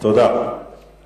זה הפוך מהגנה על מדינה יהודית,